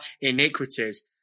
iniquities